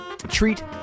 Treat